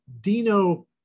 Dino